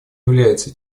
являются